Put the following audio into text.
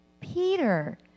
Peter